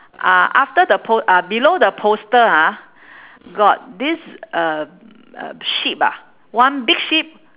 uh after the po~ uh below the poster ah got this um uh sheep ah one big sheep